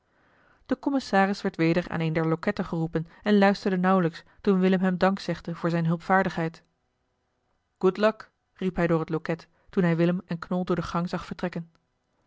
de commissaris werd weder aan een der loketten geroepen en luisterde nauwelijks toen willem hem dank zegde voor zijne hulpvaardigheid good luck riep hij door het loket toen hij willem en knol door de gang zag vertrekken